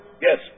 Yes